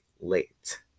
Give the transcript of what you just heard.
late